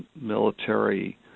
military